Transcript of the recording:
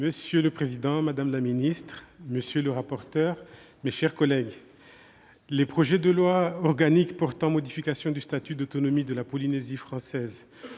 Monsieur le président, madame la ministre, monsieur le rapporteur, mes chers collègues, le projet de loi organique portant modification du statut d'autonomie de la Polynésie française